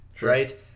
right